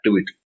activity